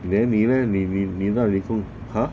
then 你 leh 你你你那里 !huh!